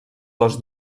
les